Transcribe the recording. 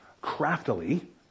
craftily